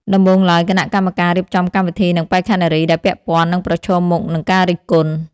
ដំបូងឡើយ គណៈកម្មការរៀបចំកម្មវិធីនិងបេក្ខនារីដែលពាក់ព័ន្ធនឹងប្រឈមមុខនឹងការរិះគន់។